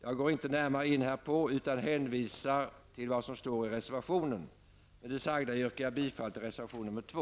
Jag går inte närmare in härpå utan hänvisar till vad som står i reservationen. Med det sagda yrkar jag bifall till reservation nr 2.